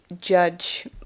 judge